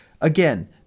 Again